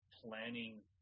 planning